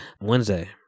Wednesday